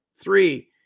three